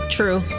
True